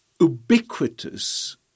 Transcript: ubiquitous